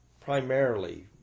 Primarily